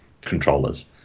controllers